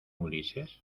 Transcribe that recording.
ulises